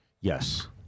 Yes